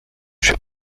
się